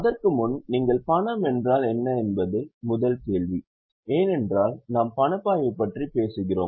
அதற்கு முன் பணம் என்றால் என்ன என்பது முதல் கேள்வி ஏனென்றால் நாம் பணப்பாய்வு பற்றி பேசுகிறோம்